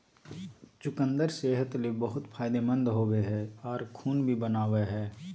चुकंदर सेहत ले बहुत फायदेमंद होवो हय आर खून भी बनावय हय